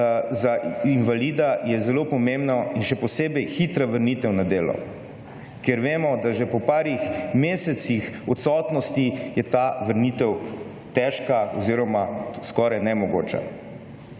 za invalida je zelo pomembno in še posebej hitra vrnitev na delo. Ker vemo da že po par mesecih odsotnosti je ta vrnitev težka oziroma skoraj nemogoča.